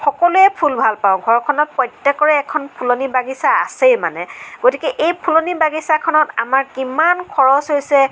সকলোৱে ফুল ভাল পাওঁ ঘৰখনত প্ৰত্যেকৰে এখন ফুলনি বাগিচা আছেই মানে গতিকে এই ফুলনি বাগিচাখনত আমাক কিমান খৰচ হৈছে